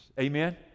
Amen